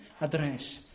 address